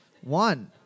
one